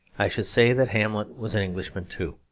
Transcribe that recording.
i should say that hamlet was an englishman too.